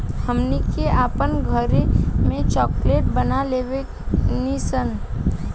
हमनी के आपन घरों में चॉकलेट बना लेवे नी सन